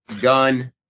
gun